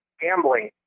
gambling